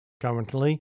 currently